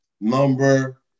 Number